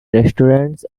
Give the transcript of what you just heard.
restaurants